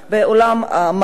באולם מלא,